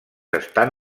estan